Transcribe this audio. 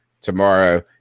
tomorrow